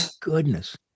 goodness